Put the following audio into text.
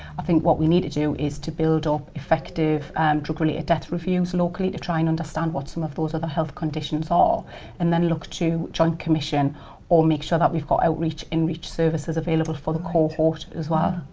i think what we need to do is to build up effective drug-related death reviews locally, to try and understand what some of those other health conditions are and then look to joint commission or make sure that we've got outreach and inreach services available for the cohort as well.